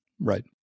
Right